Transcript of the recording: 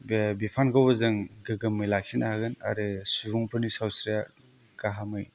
बिफानखौबो जों गोग्गोमै लाखिनो हागोन आरो सुबुंफोरनि सावस्रिया गाहामै